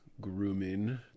grooming